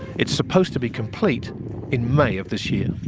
it's supposed to be complete in may of this year.